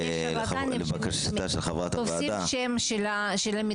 אבל יש שרלטנים שעושים שם של המטפלים